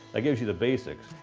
gives you the basics.